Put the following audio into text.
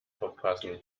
verpassen